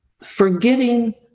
forgetting